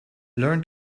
learn